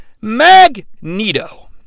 Magneto